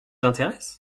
intéresse